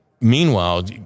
meanwhile